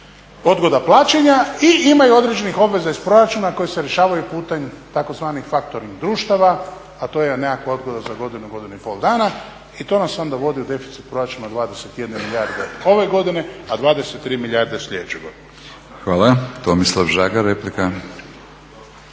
odgoda plaćanja. I imaju određenih obveza iz proračuna koje se rješavaju putem tzv. faktoring društava, a to je nekakva odgoda za godinu, godinu i pol dana. I to nas onda uvodi u deficit proračuna 21 milijarde ove godine, a 23 milijarde sljedeće godine. **Batinić, Milorad